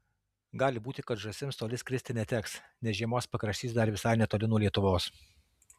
gali būti kad žąsims toli skristi neteks nes žiemos pakraštys dar visai netoli nuo lietuvos